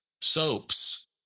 soaps